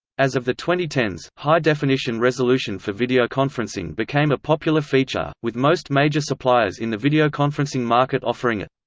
as of the twenty ten s, high definition resolution for videoconferencing became a popular feature, with most major suppliers in the videoconferencing market offering it.